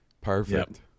Perfect